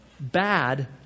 Bad